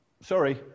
Sorry